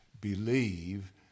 believe